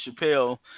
Chappelle